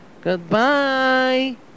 Goodbye